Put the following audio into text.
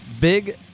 big